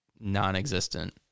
non-existent